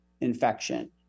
infection